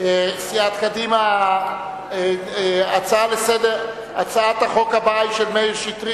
סיעת קדימה, הצעת החוק הבאה היא של מאיר שטרית.